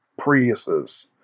Priuses